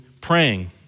praying